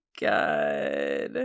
god